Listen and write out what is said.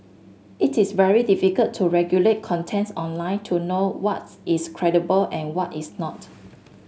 it is very difficult to regulate contents online to know what is credible and what is not